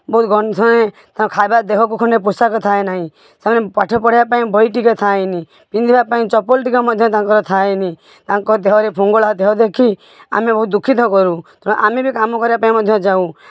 ବହୁତ ସେମାନେ ତାଙ୍କ ଖାଇବା ଦେହକୁ ଖଣ୍ଡେ ପୋଷାକ ଥାଏ ନାହିଁ ସେମାନେ ପାଠ ପଢ଼ିବା ପାଇଁ ବହି ଟିକେ ଥାଏନି ପିନ୍ଧିବା ପାଇଁ ଚପଲ ଟିକେ ମଧ୍ୟ ତାଙ୍କର ଥାଏନି ତାଙ୍କ ଦେହରେ ଫୁଙ୍ଗୁଳା ଦେହ ଦେଖି ଆମେ ବହୁତ ଦୁଃଖିତ କରୁ ତେଣୁ ଆମେବି କାମ କରିବା ପାଇଁ ମଧ୍ୟ ଯାଉ